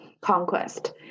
conquest